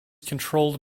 controlled